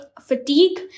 fatigue